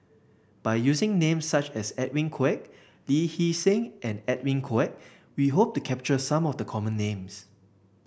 by using names such as Edwin Koek Lee Hee Seng and Edwin Koek we hope to capture some of the common names